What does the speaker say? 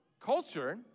culture